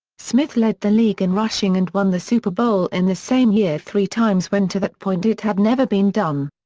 smith led the league in rushing and won the super bowl in the same year three times when to that point it had never been done.